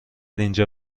اینجا